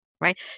right